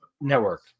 network